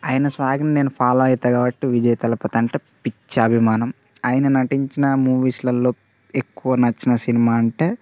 ఆయన స్వాగ్ నేను ఫాలో అవుతాను కాబట్టి విజయ తలపతి అంటే పిచ్చా అభిమానం ఆయన నటించిన మూవీస్లల్లో ఎక్కువ నచ్చిన సినిమా అంటే